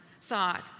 thought